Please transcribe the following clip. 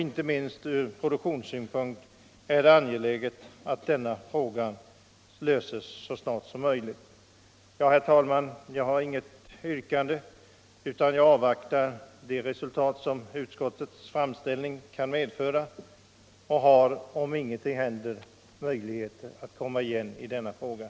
Inte minst från produktionssynpunkt är det angeläget att denna fråga löses så snabbt som möjligt. Herr talman! Jag har inget yrkande. Jag avvaktar det resultat som utskottets framställning kan medföra och har, om ingenting händer, möjligheter att komma igen i frågan.